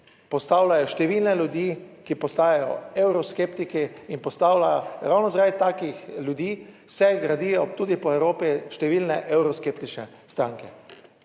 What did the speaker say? postavljajo številne ljudi, ki postajajo evroskeptiki in postavlja, ravno zaradi takih ljudi se gradijo tudi po Evropi številne evroskeptične stranke.